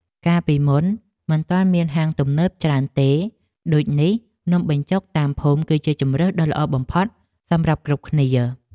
កាលពីមុនមិនទាន់មានហាងទំនើបច្រើនទេដូចនេះនំបញ្ចុកតាមភូមិគឺជាជម្រើសដ៏ល្អបំផុតសម្រាប់គ្រប់គ្នា។